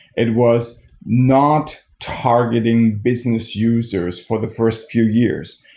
it was not targeting business users for the first few years.